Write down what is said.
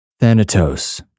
Thanatos